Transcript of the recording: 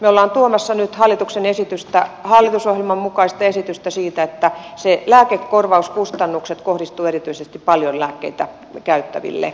me olemme nyt tuomassa hallitusohjelman mukaista hallituksen esitystä siitä että lääkekorvauskustannukset kohdistuvat erityisesti paljon lääkkeitä käyttäville